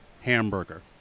hamburger